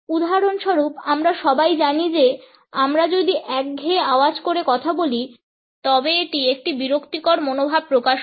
উদাহরণস্বরূপ আমরা সবাই জানি যে আমরা যদি একঘেয়ে আওয়াজে কথা বলি তবে এটি একটি বিরক্তিকর মনোভাব প্রকাশ করে